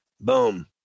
Boom